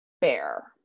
bear